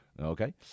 okay